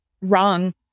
wrong